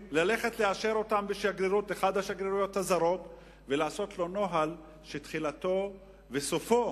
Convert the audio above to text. אותה באחת השגרירויות הזרות ולעשות נוהל שתחילתו וסופו